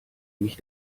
mich